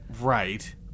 Right